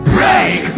Break